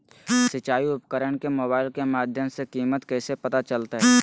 सिंचाई उपकरण के मोबाइल के माध्यम से कीमत कैसे पता चलतय?